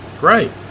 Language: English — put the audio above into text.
Right